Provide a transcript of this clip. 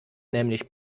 nämlich